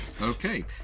Okay